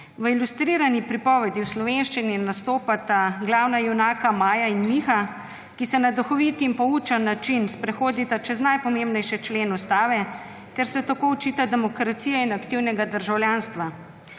V ilustrirani pripovedi v slovenščini nastopata glavna junaka Maja in Miha, ki se na duhovit in poučen način sprehodita čez najpomembnejše člene ustave ter se tako učita demokracije in aktivnega državljanstva.